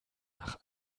nach